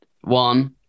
one